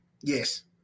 Yes